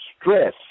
Stress